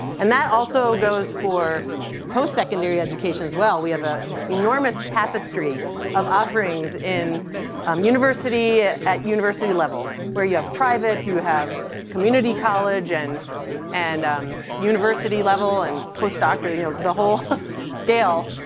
and that also goes for post-secondary education as well. we have an enormous tapestry of offerings in um university at university level, where you have private, you have community college, and and um university level and post-doctorate, you know the whole scale.